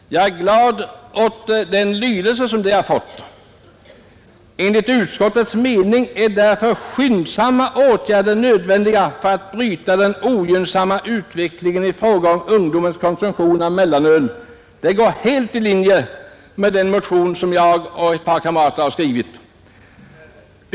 Jag är glad åt den lydelse som utlåtandet fått: ”Enligt utskottets mening är därför skyndsamma åtgärder nödvändiga för att bryta den ogynnsamma utvecklingen i fråga om ungdomens konsumtion av mellanöl.” Detta uttalande går helt i linje med den motion som jag och ett par kamrater skrivit.